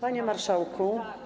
Panie Marszałku!